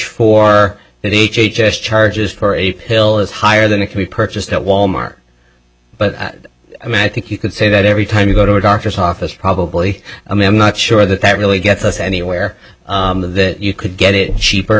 for that h h s charges for a pill is higher than it can be purchased at wal mart but i mean i think you could say that every time you go to a doctor's office probably m m not sure that that really gets us anywhere that you could get it cheaper